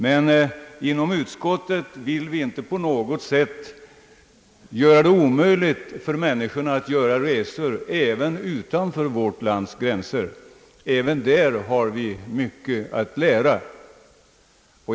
Men vi vill inom utskottet inte på något sätt göra det omöjligt för medborgarna att göra resor även utanför vårt lands gränser. Även där har vi mycket att lära.